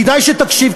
כדאי שתקשיב,